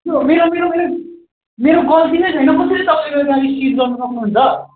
त्यो मेरो मेरो मेरो गल्ती नै छैन कसरी तपाईँले मेरो गाडी सिज गर्न सक्नु हुन्छ